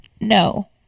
No